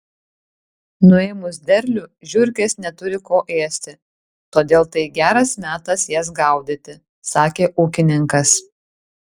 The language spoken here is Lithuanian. nuėmus derlių žiurkės neturi ko ėsti todėl tai geras metas jas gaudyti sakė ūkininkas